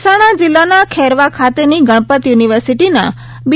મહેસાણા જિલ્લાના ખેરવા ખાતેની ગણપત યુનિવર્સિટીના બી